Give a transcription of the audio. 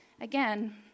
again